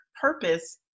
purpose